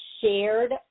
shared